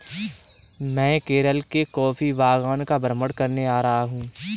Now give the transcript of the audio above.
मैं केरल के कॉफी बागान का भ्रमण करके आ रहा हूं